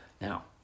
Now